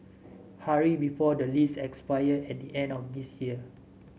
hurry before the lease expire at the end of this year